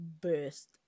burst